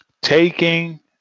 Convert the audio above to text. taking